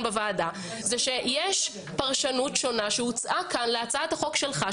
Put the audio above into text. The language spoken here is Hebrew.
בוועדה זה שיש פרשנות שונה שהוצעה כאן להצעת החוק שלך,